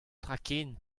traken